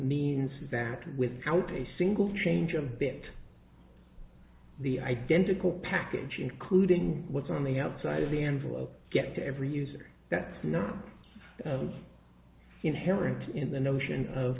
means that with out a single change of bit the identical package including what's on the outside of the envelope gets to every user that you know inherent in the notion of